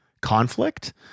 conflict